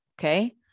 Okay